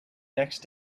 next